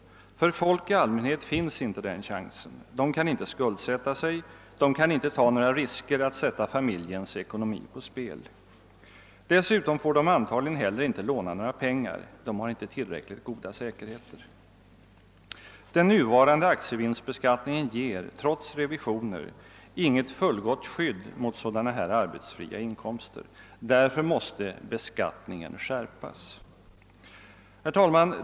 För folk i allmänhet finns inte den chansen. De kan inte skuldsätta sig. De kan inte ta några risker att sätta familjens ekonomi på spel. Dessutom får de antagligen heller inte låna några pengar. De har inte tillräckligt goda säkerheter. Den nuvarande aktievinstbeskattningen ger, trots revisioner, inget fullgott skydd mot sådana här arbetsfria inkomster. Därför måste beskattningen skärpas!» Herr talman!